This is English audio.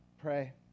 Pray